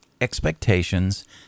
expectations